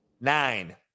Nine